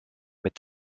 mit